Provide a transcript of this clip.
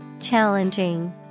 Challenging